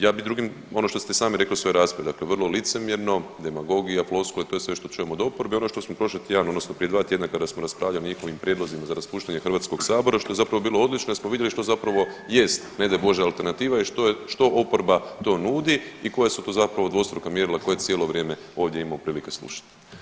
Ja bi drugim, ono što ste i sami rekli u svojoj raspravi, dakle vrlo licemjerno, demagogija, floskule to je sve što čujemo od oporbe i ono što smo prošli tjedan odnosno prije 2 tjedna kada smo raspravljali o njihovim prijedlozima za raspuštanje Hrvatskog sabora što je zapravo bilo odlično jer vidjeli što zapravo jest ne daj Bože alternativa i što je, što oporba to nudi i koja su to zapravo dvostruka mjerila koja cijelo vrijeme imamo ovdje prilike slušati.